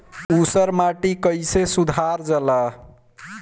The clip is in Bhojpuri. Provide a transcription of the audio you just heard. ऊसर माटी कईसे सुधार जाला?